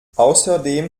außerdem